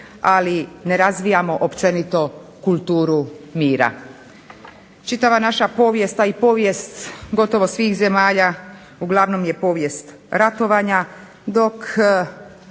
ali ne razvijamo općenito kulturu mira. Čitava naša povijest, a i povijest gotovo svih zemalja uglavnom je povijest ratovanja, dok